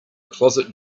closet